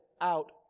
out